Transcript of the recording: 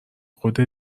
خودت